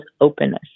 openness